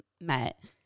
met